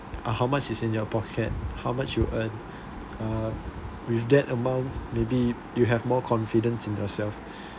ah how much is in your pocket how much you earn uh with that amount maybe you have more confidence in yourself